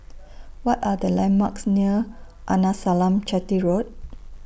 What Are The landmarks near Arnasalam Chetty Road